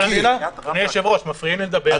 --- אדוני היושב-ראש, מפריעים לי לדבר.